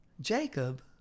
Jacob